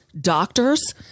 doctors